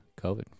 COVID